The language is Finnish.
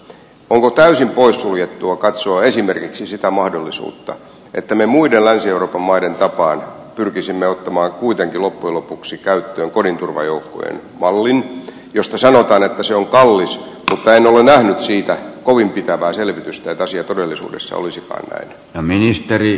onko täysin poissuljettua katsoa esimerkiksi sitä mahdollisuutta että me muiden länsi euroopan maiden tapaan pyrkisimme ottamaan kuitenkin loppujen lopuksi käyttöön kodinturvajoukkojen mallin josta sanotaan että se on kallis mutta en ole nähnyt siitä kovin pitävää selvitystä että asia todellisuudessa olisikaan näin